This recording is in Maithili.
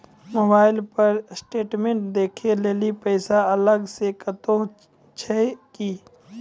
मोबाइल पर स्टेटमेंट देखे लेली पैसा अलग से कतो छै की?